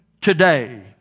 today